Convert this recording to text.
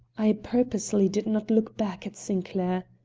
i purposely did not look back at sinclair.